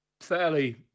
fairly